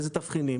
באיזה תבחינים.